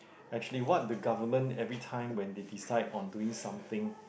actually what the government every time when they decide on doing something